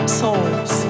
souls